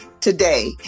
Today